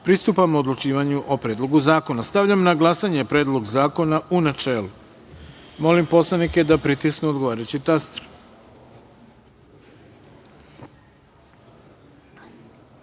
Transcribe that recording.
pristupamo odlučivanju o Predlogu zakona. Stavljam na glasanje Predlog zakona, u načelu. Molim poslanike da pritisnu odgovarajući